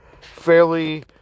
Fairly